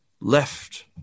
left